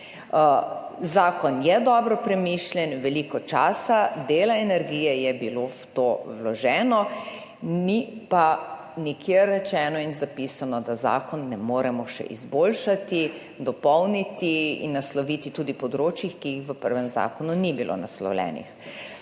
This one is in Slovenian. Zakon je dobro premišljen, veliko časa, dela, energije je bilo v to vloženo, ni pa nikjer rečeno in zapisano, da zakon ne moremo še izboljšati, dopolniti in nasloviti tudi področjih, ki jih v prvem zakonu ni bilo naslovljenih.